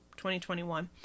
2021